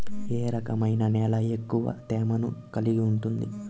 ఏ రకమైన నేల ఎక్కువ తేమను కలిగి ఉంటుంది?